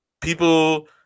people